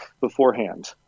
beforehand